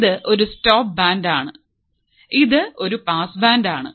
ഇതൊരു സ്റ്റോപ്പ് ബാൻഡാണ് ഇതൊരു പാസ് ബാൻഡാണ്